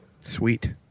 Sweet